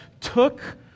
took